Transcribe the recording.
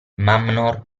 mamnor